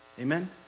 Amen